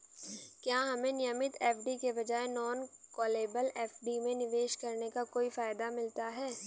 क्या हमें नियमित एफ.डी के बजाय नॉन कॉलेबल एफ.डी में निवेश करने का कोई फायदा मिलता है?